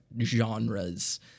genres